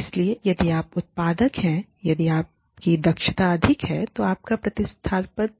इसलिए यदि आप उत्पादक हैं यदि आपकी दक्षता अधिक है तो आपका प्रतिस्पर्धात्मक